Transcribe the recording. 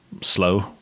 slow